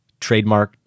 trademarked